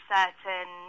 certain